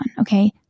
okay